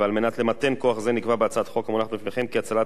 ועל מנת למתן כוח זה נקבע בהצעת החוק המונחת בפניכם כי הטלת